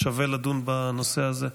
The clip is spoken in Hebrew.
שווה לדון בנושא הזה.